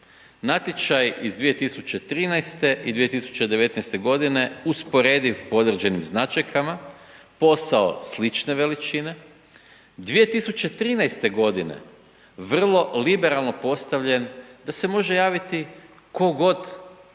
Natječaj iz 2013. i 2019. g. usporediv po određenim značajkama, posao slične veličine, 2013. g. vrlo liberalno postavljen, da se može javiti tko god